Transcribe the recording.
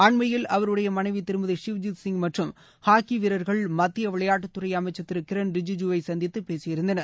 அண்மையில் அவருடைய மனைவி திருமதி ஷிவ்ஜித் சிங் மற்றும் ஹாக்கி வீரர்கள் மத்திய விளையாட்டுத்துறை அமைச்சர் திரு கிரண் ரிஜிஜூவை சந்தித்து பேசியிருந்தனர்